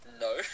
No